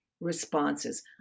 responses